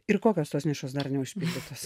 ir kokios tos nišos dar neužpildytos